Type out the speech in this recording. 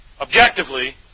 objectively